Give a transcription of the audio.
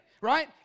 right